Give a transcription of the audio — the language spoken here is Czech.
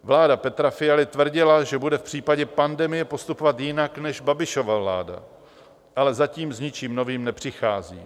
Vláda Petra Fialy tvrdila, že bude v případě pandemie postupovat jinak než Babišova vláda, ale zatím s ničím novým nepřichází.